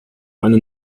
eine